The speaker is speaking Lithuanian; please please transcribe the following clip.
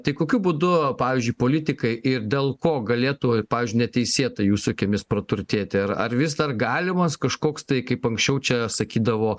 tai kokiu būdu pavyzdžiui politikai ir dėl ko galėtų pavyzdžiui neteisėtai jūsų akimis praturtėti ar ar vis dar galimas kažkoks tai kaip anksčiau čia sakydavo